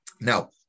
Now